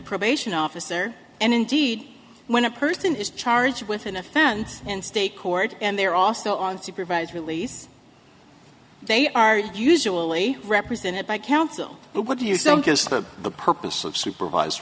probation officer and indeed when a person is charged with an offense in state court and they are also on supervised release they are usually represented by counsel but what do you think is the purpose of supervise